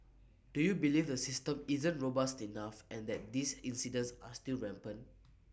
do you believe the system isn't robust enough and that these incidents are still rampant